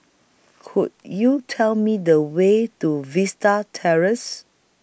Could YOU Tell Me The Way to Vista Terrace